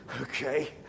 okay